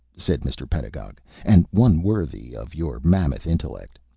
said mr. pedagog, and one worthy of your mammoth intellect.